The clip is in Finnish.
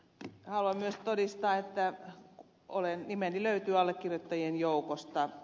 haluan myös todistaa että nimeni löytyy allekirjoittajien joukosta